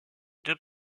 deux